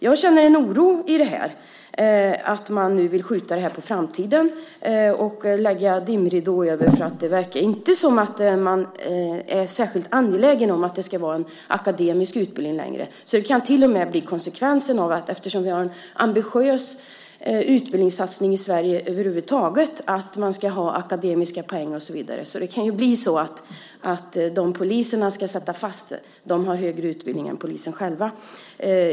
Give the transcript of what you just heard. Jag känner en oro över att man nu vill skjuta frågan på framtiden och lägga dimridåer över den. Man verkar inte särskilt angelägen om att det ska vara en akademisk utbildning längre. Vi har haft en ambitiös utbildningssatsning över huvud taget i Sverige - man ska ha akademiska poäng och så vidare. Konsekvensen kan nu bli att de som poliserna ska sätta fast har högre utbildning än poliserna själva.